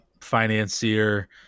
financier